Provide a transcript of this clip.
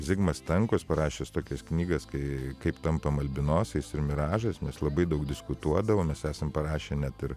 zigmas stankus parašęs tokias knygas kai kaip tampama albinosais ir miražas mes labai daug diskutuodavom mes esam parašę net ir